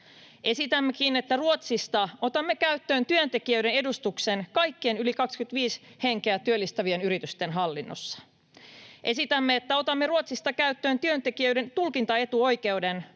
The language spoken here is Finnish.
Esitänkin, että Ruotsista otamme käyttöön työntekijöiden edustuksen kaikkien yli 25 henkeä työllistävien yritysten hallinnossa. Esitämme, että otamme Ruotsista käyttöön työntekijöiden tulkintaetuoikeuden,